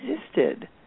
existed